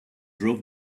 drove